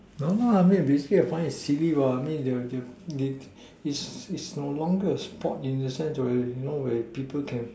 no lah I'm very busy to find it silly what is no longer a sport in a sense already you know when people can